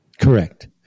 correct